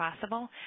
possible